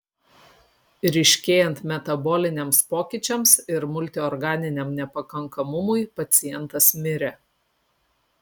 ryškėjant metaboliniams pokyčiams ir multiorganiniam nepakankamumui pacientas mirė